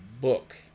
book